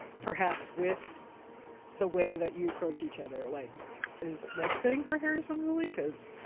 perhaps, with the way that you approach each other, like is mixing her hair is one really goes.